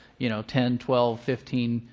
you know, ten, twelve, fifteen,